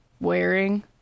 wearing